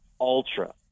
ultra